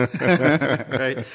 right